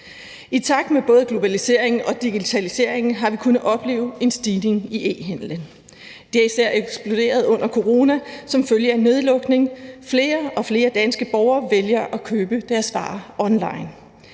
I takt med både globaliseringen og digitaliseringen har vi kunnet opleve en stigning i e-handelen. Det er især eksploderet under coronaen som følge af nedlukning. Flere og flere danske borgere vælger at købe deres varer online.